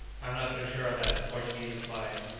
i'm not so sure of that, the portuguese replied,